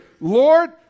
Lord